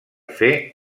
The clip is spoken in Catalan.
fer